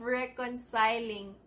reconciling